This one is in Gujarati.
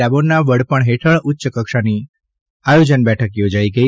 ડામોરના વડપણ હેઠળ ઉચ્ચ કક્ષાની આયોજન બેઠક યોજાઇ ગઇ